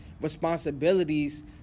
responsibilities